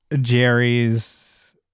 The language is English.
Jerry's